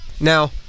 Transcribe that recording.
now